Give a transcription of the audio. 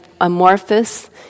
amorphous